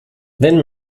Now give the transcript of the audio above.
wenn